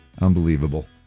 unbelievable